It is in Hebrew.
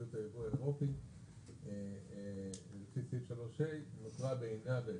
חוקיות היבוא האירופי לפי סעיף 3(ה) נותרה בעינה.